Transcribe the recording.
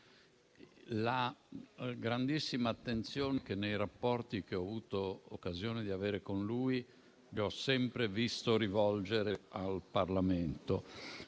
la grandissima attenzione che, nei rapporti che ho avuto occasione di avere con lui, gli ho sempre visto rivolgere al Parlamento;